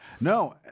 No